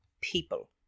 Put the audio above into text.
People